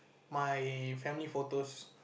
my family photos